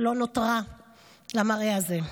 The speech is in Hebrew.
לא נותרה למראה הזה.